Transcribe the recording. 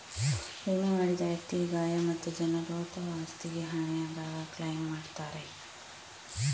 ವಿಮೆ ಮಾಡಿದ ವ್ಯಕ್ತಿಗೆ ಗಾಯ ಮತ್ತೆ ಜನರು ಅಥವಾ ಆಸ್ತಿಗೆ ಹಾನಿ ಆದಾಗ ಕ್ಲೈಮ್ ಮಾಡ್ತಾರೆ